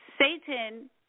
Satan